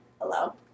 Hello